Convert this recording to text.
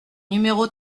numéro